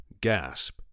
gasp